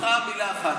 ברשותך, מילה אחת.